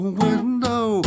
window